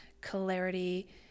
clarity